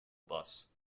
bus